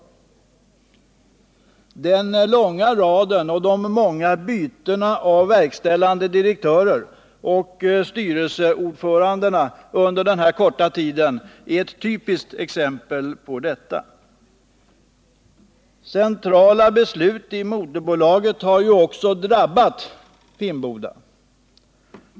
De många bytena av verkställande direktörer och styrelseordförande ger ytterligare belägg för detta. Centrala beslut i moderbolaget har också drabbat Finnboda.